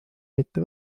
mitte